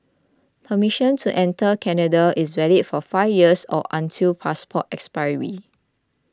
permission to enter Canada is valid for five years or until passport expiry